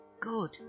good